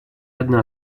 одна